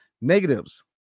Negatives